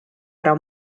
ära